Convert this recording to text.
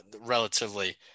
relatively